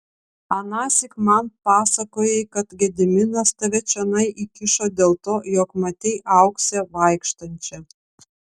anąsyk man pasakojai kad gediminas tave čionai įkišo dėl to jog matei auksę vaikštančią